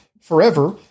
forever